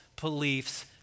beliefs